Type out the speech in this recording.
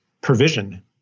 provision